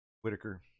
Whitaker